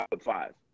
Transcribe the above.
five